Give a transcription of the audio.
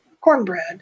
cornbread